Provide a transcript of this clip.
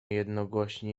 jednogłośnie